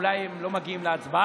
אולי הם לא מגיעים להצבעה,